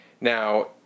Now